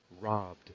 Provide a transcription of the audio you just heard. robbed